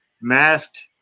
masked